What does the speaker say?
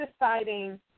deciding